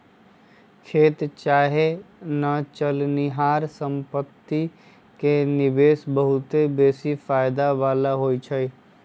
खेत चाहे न चलनिहार संपत्ति में निवेश बहुते बेशी फयदा बला होइ छइ